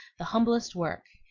the humblest work,